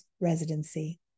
Residency